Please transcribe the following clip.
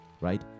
right